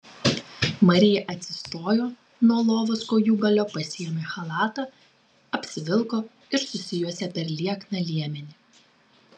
marija atsistojo nuo lovos kojūgalio pasiėmė chalatą apsivilko ir susijuosė per liekną liemenį